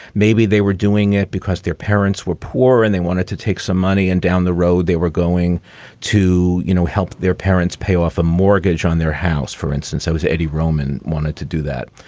maybe they were doing it because their parents were poor and they wanted to take some money. and down the road they were going to, you know, help their parents pay off a mortgage on their house. for instance, i was eddie roman wanted to do that.